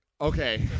Okay